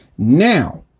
Now